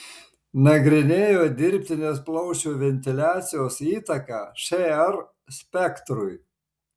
nagrinėjo dirbtinės plaučių ventiliacijos įtaką šr spektrui